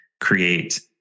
create